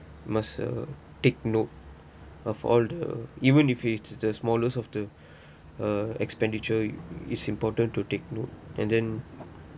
must uh take note of all the even if it's the smallest of the uh expenditure it's important to take note and then